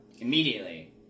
immediately